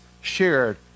shared